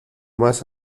más